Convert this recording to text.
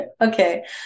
Okay